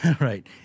Right